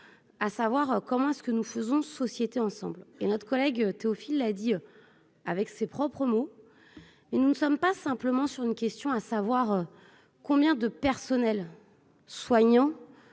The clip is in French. à savoir comment est ce que nous faisons société ensemble et notre collègue Théophile là Dieu avec ses propres mots, mais nous ne sommes pas simplement sur une question à savoir combien de personnels soignants